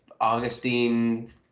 Augustine